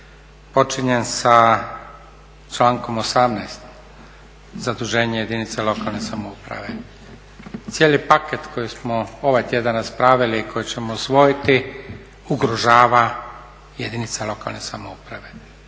Počinjem sa člankom 18., zaduženje jedinica lokalne samouprave. cijeli paket koji smo ovaj tjedan raspravili i koji ćemo usvojiti, ugrožava jedinice lokalne samouprave.